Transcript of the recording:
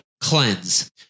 Cleanse